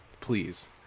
Please